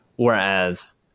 Whereas